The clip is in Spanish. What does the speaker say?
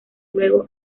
luego